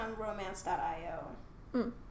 romance.io